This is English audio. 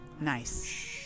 Nice